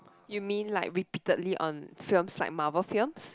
you mean like repeatedly on films like Marvel films